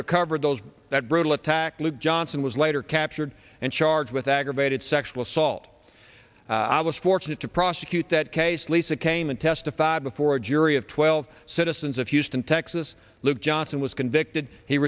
recovered those that brutal attack luke johnson was later captured and charged with aggravated sexual assault i was fortunate to prosecute that case lisa came and testified before a jury of twelve citizens of houston texas luke johnson was convicted he